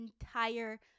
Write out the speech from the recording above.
entire